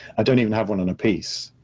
i don't even have one on a piece,